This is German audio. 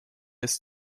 ist